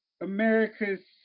America's